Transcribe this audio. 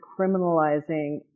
criminalizing